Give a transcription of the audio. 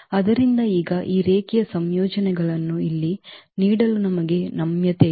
ಆದ್ದರಿಂದ ಈಗ ಈ ರೇಖೀಯ ಸಂಯೋಜನೆಗಳನ್ನು ಇಲ್ಲಿ ನೀಡಲು ನಮಗೆ ನಮ್ಯತೆ ಇದೆ